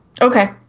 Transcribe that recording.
Okay